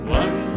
one